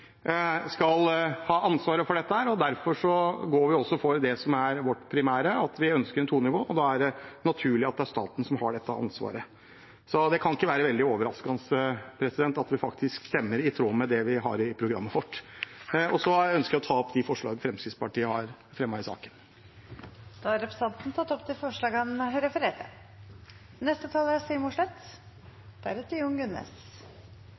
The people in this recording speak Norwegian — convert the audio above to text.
skal ha ansvaret for dette. Derfor går vi også for det som er vårt primære standpunkt, at vi ønsker to nivåer, og da er det naturlig at det er staten som har dette ansvaret. Så det kan ikke være veldig overraskende at vi faktisk stemmer i tråd med det vi har i programmet vårt. Jeg ønsker å ta opp det forslaget Fremskrittspartiet har fremmet i saken. Representanten Bård Hoksrud har tatt opp det forslaget han refererte til. Å ta hele landet i bruk er